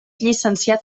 llicenciat